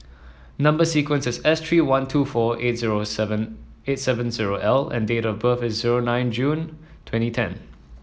number sequence is S three one two four eight zero seven eight seven zero L and date of birth is zero nine June twenty ten